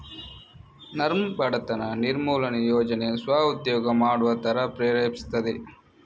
ನರ್ಮ್ ಬಡತನ ನಿರ್ಮೂಲನೆ ಯೋಜನೆ ಸ್ವ ಉದ್ಯೋಗ ಮಾಡುವ ತರ ಪ್ರೇರೇಪಿಸ್ತದೆ